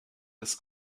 des